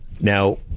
Now